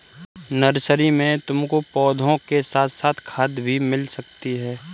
nursery में तुमको पौधों के साथ साथ खाद भी मिल सकती है